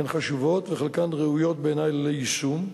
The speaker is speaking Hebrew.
הן חשובות וחלקן ראויות בעיני ליישום,